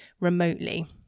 remotely